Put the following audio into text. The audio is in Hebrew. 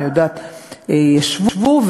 ישבו,